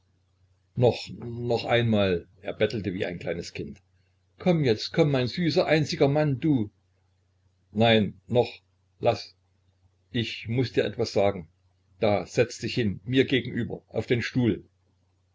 noch einmal er bettelte wie ein kleines kind komm jetzt komm mein süßer einziger mann du nein noch laß ich muß dir etwas sagen da setz dich hin mir gegenüber auf den stuhl